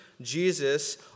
Jesus